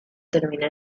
termina